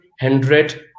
hundred